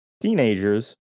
teenagers